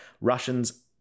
Russians